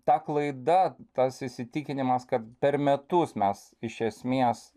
ta klaida tas įsitikinimas kad per metus mes iš esmės